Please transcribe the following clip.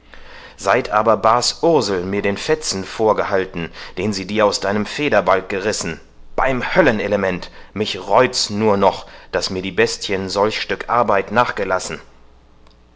seit aber bas ursel mir den fetzen vorgehalten den sie dir aus deinem federbalg gerissen beim höllenelement mich reut's nur noch daß mir die bestien solch stück arbeit nachgelassen